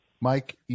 Mike